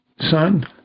Son